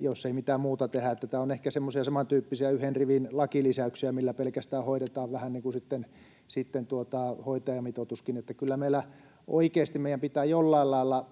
jos ei mitään muuta tehdä. Tämä on ehkä semmoisia samantyyppisiä yhden rivin lakilisäyksiä, millä pelkästään hoidetaan, vähän niin kuin hoitajamitoituskin. Kyllä meidän oikeasti pitää jollain lailla...